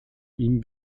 ihm